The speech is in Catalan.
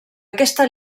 aquesta